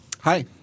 Hi